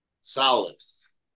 solace